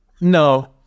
no